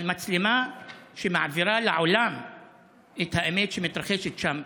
אבל מצלמה שמעבירה לעולם את האמת שמתרחשת שם.